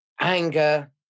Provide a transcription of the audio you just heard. anger